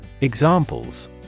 Examples